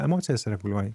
emocijas reguliuoji